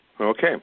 Okay